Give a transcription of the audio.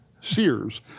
Sears